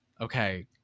okay